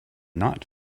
not